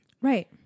right